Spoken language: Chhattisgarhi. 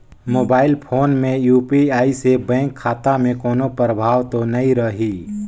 मोबाइल फोन मे यू.पी.आई से बैंक खाता मे कोनो प्रभाव तो नइ रही?